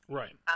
right